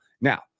Now